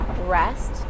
rest